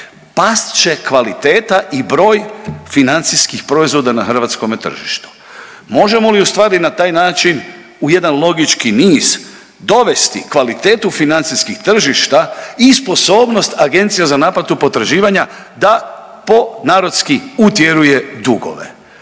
past će kvaliteta i broj financijskih proizvoda na hrvatskome tržištu. Možemo li ustvari na taj način u jedan logički niz dovesti kvalitetu financijskih tržišta i sposobnost agencija za naplatu potraživanja da po narodski utjeruje dugove.